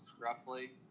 roughly